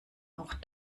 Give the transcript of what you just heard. auch